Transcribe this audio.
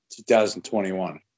2021